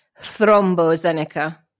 thrombozeneca